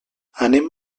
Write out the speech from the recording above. anem